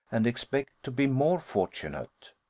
and expect to be more fortunate?